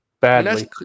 Badly